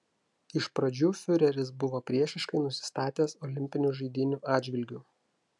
iš pradžių fiureris buvo priešiškai nusistatęs olimpinių žaidynių atžvilgiu